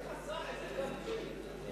מי חצה איזה קווים?